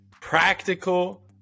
practical